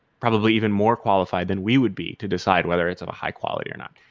probably even more qualified than we would be to decide whether it's of a high-quality or not.